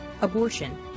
abortion